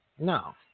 No